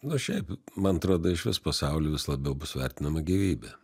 nu šiaip man atrodo išvis pasauly vis labiau bus vertinama gyvybė